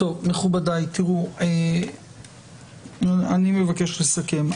מכובדיי, אני מבקש לסכם.